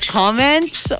comments